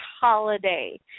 holiday